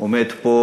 עומד פה